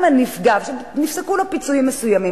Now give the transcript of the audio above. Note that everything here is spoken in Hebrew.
אם לנפגע נפסקו פיצויים מסוימים,